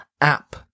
App